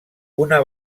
una